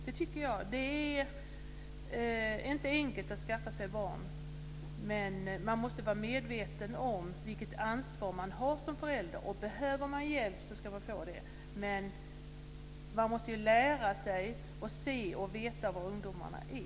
Det är inte enkelt att skaffa sig barn, men man måste vara medveten om vilket ansvar man har som förälder. Om man behöver hjälp ska man få det, men man måste ju lära sig att se och veta var ungdomarna är.